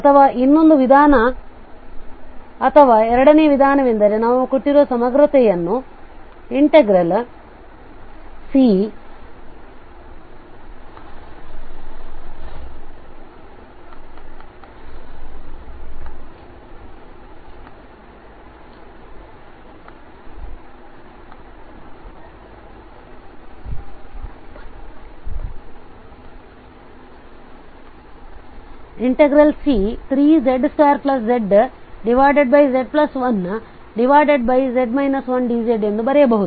ಅಥವಾ ಇನ್ನೊಂದು ವಿಧಾನ ಅಥವಾ ಎರಡನೆಯ ವಿಧಾನವೆಂದರೆ ನಾವು ಕೊಟ್ಟಿರುವ ಸಮಗ್ರತೆಯನ್ನು C 3z2zz1z 1dz ಎಂದು ಬರೆಯಬಹುದು